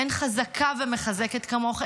אין חזקה ומחזקת כמוך,